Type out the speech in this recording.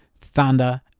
thunder